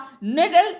needle